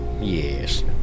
Yes